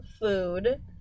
food